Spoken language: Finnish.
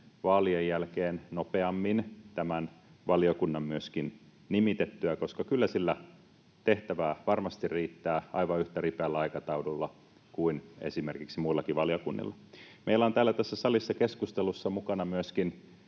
vaalien jälkeen nopeammin tämän valiokunnan nimitettyä, koska kyllä sillä tehtävää varmasti riittää aivan yhtä ripeällä aikataululla kuin esimerkiksi muillakin valiokunnilla. Meillä on täällä salissa keskustelussa mukana myöskin